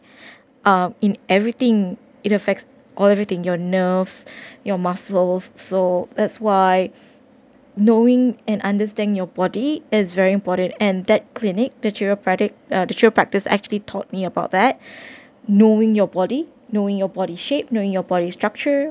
uh in everything it affects all everything your nerves your muscles so that's why knowing and understand your body is very important and that clinic nature prodatic the teacher practice actually taught me about that knowing your body knowing your body shape knowing your body structure